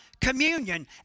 communion